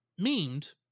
memed